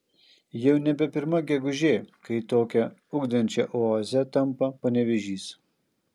jau nebe pirma gegužė kai tokia ugdančia oaze tampa panevėžys